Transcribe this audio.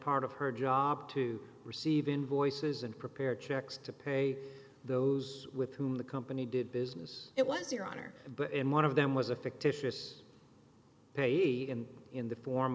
part of her job to receive invoices and prepare checks to pay those with whom the company did business it was your honor but in one of them was a fictitious payee and in the form